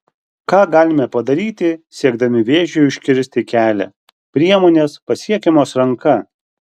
ką galime padaryti siekdami vėžiui užkirsti kelią priemonės pasiekiamos ranka